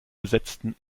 besetzten